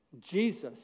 Jesus